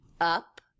up